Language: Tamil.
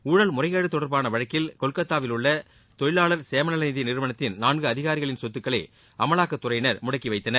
ஊழல் முறைகேடு தொடர்பான வழக்கில் கொல்கொத்தாவில் உள்ள தொழிலாளர் சேமநலநிதி நிறுவனத்தின் நான்கு அதிகாரிகளின் சொத்துக்களை அமலாக்கத்துறையினர் முடக்கி வைத்தனர்